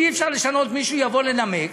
אם אי-אפשר לשנות, מישהו יבוא לנמק.